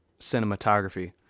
cinematography